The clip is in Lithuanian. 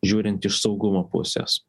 žiūrint iš saugumo pusės